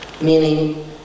Meaning